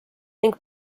ning